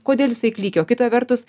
kodėl jisai klykia o kita vertus